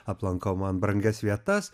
aplankau man brangias vietas